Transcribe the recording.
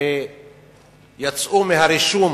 ויצאו מהרישום